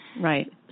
right